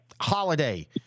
Holiday